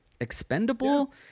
Expendable